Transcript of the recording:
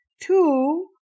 Two